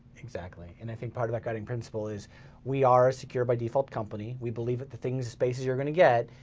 exactly. and i think part of that guiding principle is we are secure by default company. we believe that the things and spaces you're gonna get,